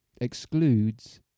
excludes